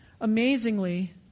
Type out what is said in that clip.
amazingly